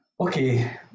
Okay